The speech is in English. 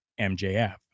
MJF